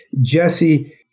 Jesse